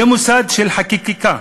זה מוסד של חקיקה,